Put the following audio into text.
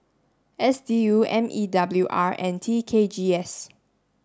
S D U M E W R and T K G S